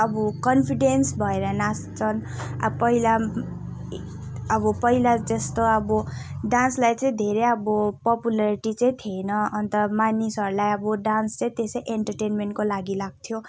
अब कन्फिडेन्स भएर नाच्छन् अब पहिला अब पहिला चाहिँ त्यस्तो अब डान्सलाई चाहिँ धेरै अब पपुलारिटी चाहिँ थिएन अन्त मानिसहरूलाई अब डान्स चाहिँ त्यसै एन्टर्टेन्मेन्टको लागि लाग्थ्यो